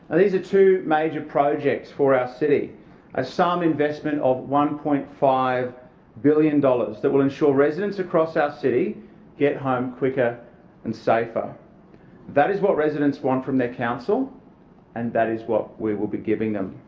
and these are two major projects for our city a sum investment of one point five billion dollars that will ensure residents across our city get home quicker and safer that is what residents want from their council and that is what we will be giving them.